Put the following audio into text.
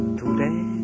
today